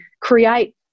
create